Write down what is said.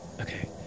Okay